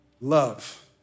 Love